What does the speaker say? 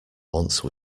once